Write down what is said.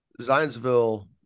Zionsville